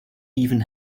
even